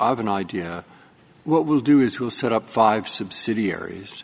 of an idea what we'll do is who set up five subsidiaries